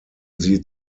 sie